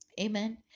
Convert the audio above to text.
Amen